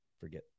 forget